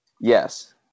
yes